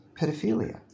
Pedophilia